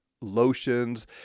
lotions